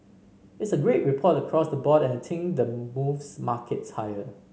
it's a great report across the board and I think the moves markets higher